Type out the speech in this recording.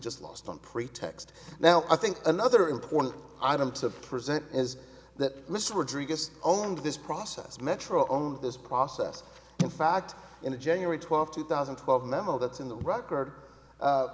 just lost one pretext now i think another important item to present is that mr owned this process metro on this process in fact in the january twelfth two thousand and twelve memo that's in the record